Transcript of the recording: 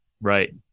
Right